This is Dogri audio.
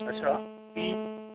अच्छा फ्ही